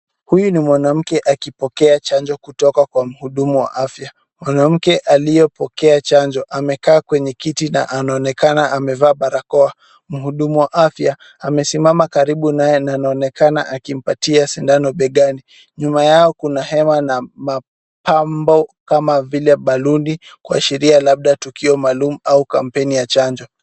Huyu ni mwanamke akipokea chanjo kutoka kwa mhudumu wa afya. Mwanamke aliyepokea chanjo amekaa kwenye kiti na anaonekana amevaa barakoa. Mhudumu wa afya amesimama karibu naye na anaonekana akimpatia sindano begani. Nyuma yao kuna hema na mapambo kama vile baluni kuashiria labda tukio maalum au kampeni ya chanjo.